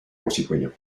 concitoyens